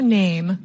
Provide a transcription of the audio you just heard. name